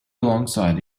alongside